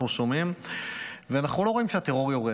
אנחנו שומעים ואנחנו לא רואים שהטרור יורד.